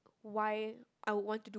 why I want to do